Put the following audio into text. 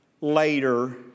later